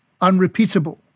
unrepeatable